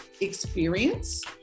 experience